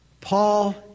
Paul